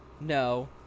no